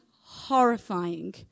horrifying